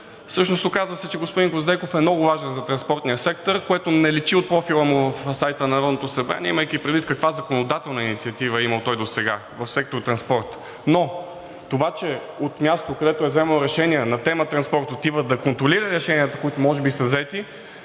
Всъщност се оказва, че господин Гвоздейков е много важен за транспортния сектор, което не личи от профила му на сайта на Народното събрание, имайки предвид каква законодателна инициатива е имал той досега в сектор „Транспорт“. Но това, че от мястото, където е вземал решения на тема транспорт, отива да контролира решенията, които може би са взети,